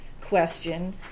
question